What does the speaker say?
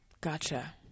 Gotcha